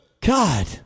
God